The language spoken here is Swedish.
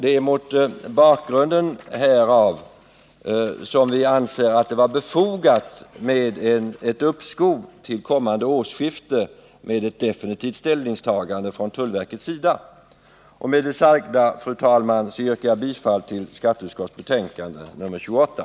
Det är mot bakgrund härav utskottet ansett det befogat med ett uppskov till kommande årsskifte med ett definitivt ställningstagande från tullverkets sida. Med det sagda, fru talman, yrkar jag bifall till skatteutskottets hemställan i betänkandet nr 28.